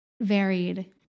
varied